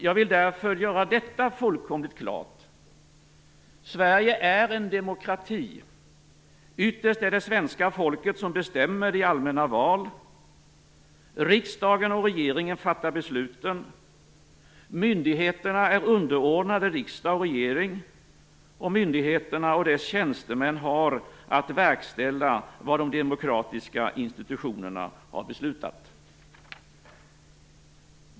Jag vill därför göra det fullkomligt klart att Sverige är en demokrati. Ytterst är det svenska folket som bestämmer i allmänna val. Riksdagen och regeringen fattar besluten. Myndigheterna är underordnade riksdag och regering, och myndigheterna och deras tjänstemän har att verkställa vad de demokratiska institutionerna har beslutat.